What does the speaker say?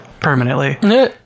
Permanently